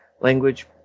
language